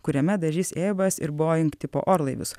kuriame dažys airbus ir boeing tipo orlaivius